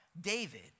David